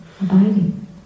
abiding